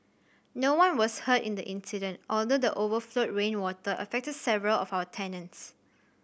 no one was hurt in the incident although the overflowed rainwater affected several of our tenants